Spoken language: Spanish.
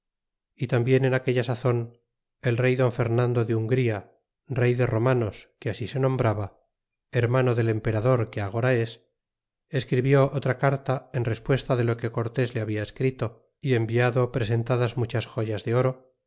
y tambien en aquella sazon el rey don hernando de ungria rey de romans que ansi se nombraba hermano del emperador que agora es escribió otra carta en respuesta de lo que cortés le había escrito y enviado presentadas muchas joyas de oro